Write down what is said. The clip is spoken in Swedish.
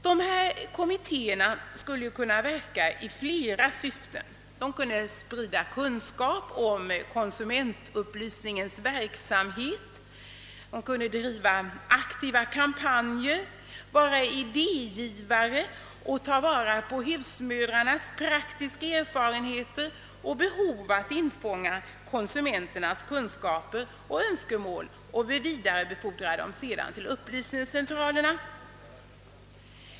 Dessa kommittéer skulle kunna ha flera syften; de kunde sprida kunskap om konsumentupplysningsverksamheten, de kunde bedriva aktiva kampanjer, vara idégivare och ta vara på husmödrarnas praktiska erfarenheter och tillgodose det behov som föreligger att infånga konsumenternas kunskaper och önskemål och vidarebefordra dem till upplysningscentralerna.